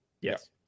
Yes